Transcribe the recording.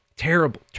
Terrible